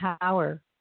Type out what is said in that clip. power